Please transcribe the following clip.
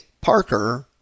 Parker